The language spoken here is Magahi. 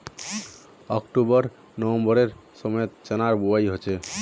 ऑक्टोबर नवंबरेर समयत चनार बुवाई हछेक